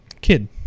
kid